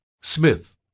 Smith